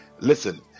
Listen